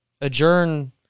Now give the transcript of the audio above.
adjourn